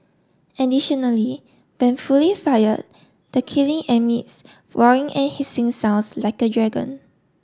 additionally when fully fired the kilin emits roaring and hissing sounds like a dragon